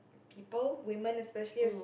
people women especially as